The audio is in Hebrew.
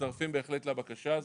מצטרפים בהחלט לבקשה הזו.